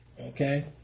okay